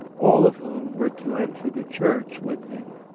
all of whom were to enter the church with him.